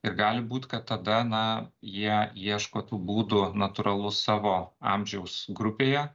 ir gali būt kad tada na jie ieško tų būdų natūralu savo amžiaus grupėje